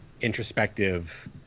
introspective